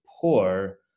poor